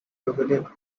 located